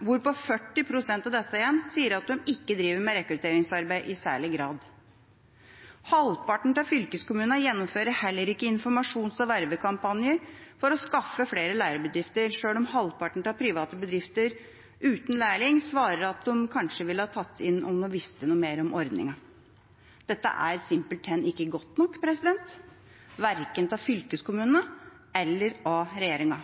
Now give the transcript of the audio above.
hvorpå 40 pst. av disse igjen sier at de ikke driver med rekrutteringsarbeid i særlig grad. Halvparten av fylkeskommunene gjennomfører heller ikke informasjons- og vervekampanjer for å skaffe flere lærebedrifter, selv om halvparten av private bedrifter uten lærlinger svarer at de kanskje ville ha tatt noen inn om de visste mer om ordningen. Dette er simpelthen ikke godt nok, verken av fylkeskommunene eller av regjeringa.